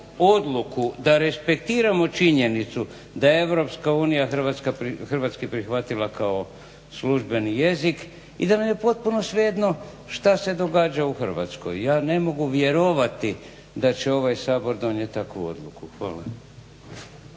odluku da respektiramo činjenicu da je Europska unija hrvatski jezik prihvatila kao službeni jezik i da nam je potpuno svejedno šta se događa u Hrvatskoj. Ja ne mogu vjerovati da će ovaj Sabor donijeti takvu odluku. Hvala.